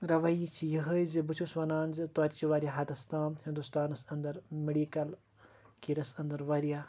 رَوٲیی چھِ یِہوٚے زِ بہٕ چھُس وَنان زِ تویتہِ چھِ واریاہ حدَس تام ہِندوستانَس اَندَر مِڈِیٖکَل کیرَس اَنٛدَر واریاہ